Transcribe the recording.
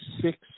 six